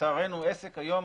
לצערנו עסק היום,